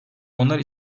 onlar